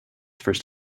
first